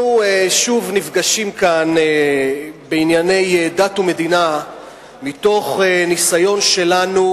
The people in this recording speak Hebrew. אנחנו שוב נפגשים כאן בענייני דת ומדינה מתוך ניסיון שלנו